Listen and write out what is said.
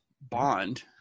Bond